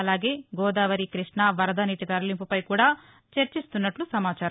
అలాగే గోదావరి కృష్ణం వరద నీటి తరలింపుపై కూడా చర్చిస్తున్నట్లు సమాచారం